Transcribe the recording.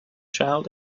child